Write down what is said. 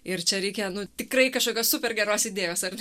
ir čia reikia nu tikrai kažkokios super geros idėjos ar